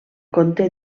conté